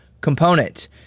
component